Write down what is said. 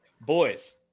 boys